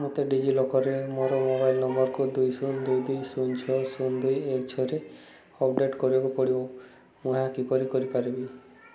ମୋତେ ଡିଜିଲକର୍ରେ ମୋର ମୋବାଇଲ୍ ନମ୍ବର୍କୁ ଦୁଇ ଶୂନ ଦୁଇ ଦୁଇ ଶୂନ ଛଅ ଶୂନ ଦୁଇ ଏକେ ଛଅରେ ଅପଡ଼େଟ୍ କରିବାକୁ ପଡ଼ିବ ମୁଁ ଏହା କିପରି କରିପାରିବି